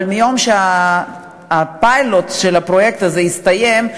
אבל מיום שהפיילוט של הפרויקט הזה יסתיים,